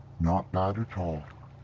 not bad at all.